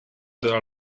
della